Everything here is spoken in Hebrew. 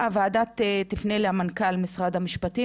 הוועדה תפנה למנכ"ל משרד המשפטים,